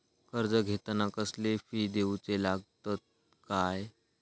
कर्ज घेताना कसले फी दिऊचे लागतत काय?